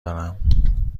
دارم